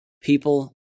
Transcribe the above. people